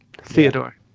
Theodore